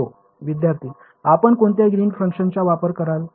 हो विद्यार्थीः आपण कोणत्या ग्रीन फंक्शनचा वापर कराल